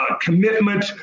Commitment